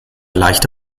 leichte